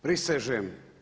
Prisežem.